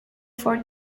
for